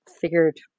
figured